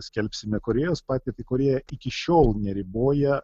skelbsime korėjos patirtį korėja iki šiol neriboja